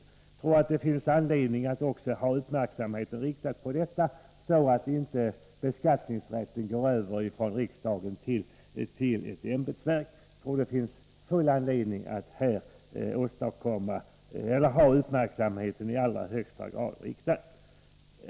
65 Jag anser att det i allra högsta grad finns anledning att ha uppmärksamheten riktad på detta, så att inte beskattningsrätten går över från riksdagen till ett ämbetsverk.